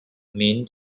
mint